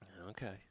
Okay